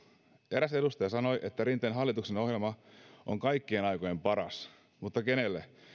eräs edustaja sanoi että rinteen hallituksen ohjelma on kaikkien aikojen paras mutta kenelle